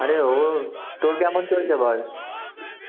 আরে ও তোর কেমন চলছে বল